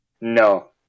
No